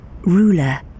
ruler